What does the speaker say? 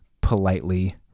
politely